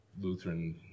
Lutheran